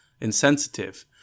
insensitive